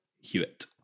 Hewitt